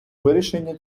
вирішення